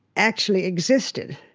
actually existed.